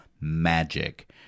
magic